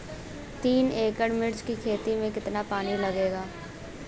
तीन एकड़ मिर्च की खेती में कितना पानी लागेला?